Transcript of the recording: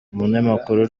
umunyamakuru